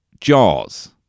Jaws